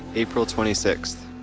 april twenty six,